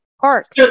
park